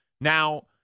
Now